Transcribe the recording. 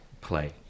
play